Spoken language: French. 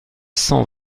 cent